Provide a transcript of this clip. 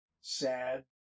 sad